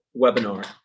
webinar